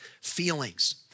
feelings